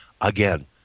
Again